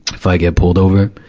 if i get pulled over,